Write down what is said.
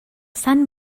sant